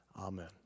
amen